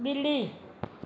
ॿिली